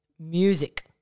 Music